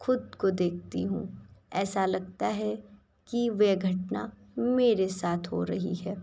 खुद को देखती हूँ ऐसा लगता है कि वह घटना मेरे साथ हो रही है